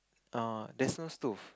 err there's no stove